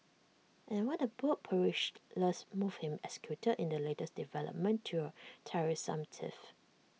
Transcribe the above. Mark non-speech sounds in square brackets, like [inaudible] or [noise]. and what A bold perilous [unintelligible] move him executed in the latest development to A tiresome tiff